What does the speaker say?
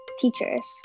teachers